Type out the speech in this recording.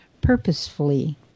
purposefully